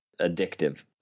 addictive